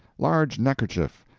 large neckerchief,